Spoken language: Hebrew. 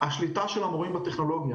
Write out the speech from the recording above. זו השליטה של המורים בטכנולוגיה.